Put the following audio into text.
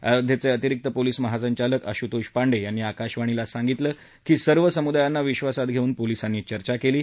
अयोध्येचे अतिरिक्त पोलीस महासंचालक आशुतोष पांडे यांनी आकाशवाणीला सांगितलं की सर्व समुदायांना विधासात घेऊन पोलिसांनी चर्चा केली आहे